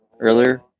earlier